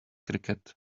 cricket